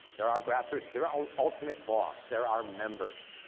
they're our grass roots they're our ultimate boss they're our members.